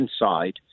inside